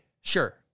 sure